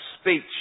speech